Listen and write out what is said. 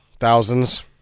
Thousands